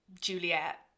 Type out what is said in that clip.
Juliet